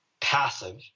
passive